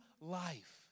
life